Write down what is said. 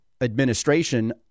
administration